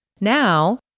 Now